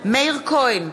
מאיר כהן,